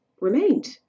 remained